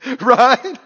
Right